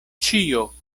ĉio